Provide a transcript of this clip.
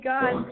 God